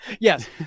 Yes